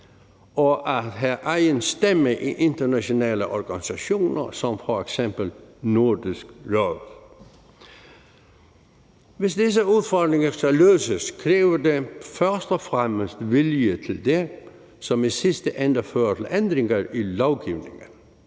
og at have egen stemme i internationale organisationer som f.eks. Nordisk Råd. Hvis disse udfordringer skal løses, kræver det først og fremmest vilje til det, som i sidste ende fører til ændringer i lovgivningen.